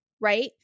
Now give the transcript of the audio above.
right